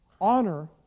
Honor